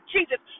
Jesus